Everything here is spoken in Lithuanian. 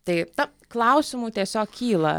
tai na klausimų tiesiog kyla